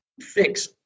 fix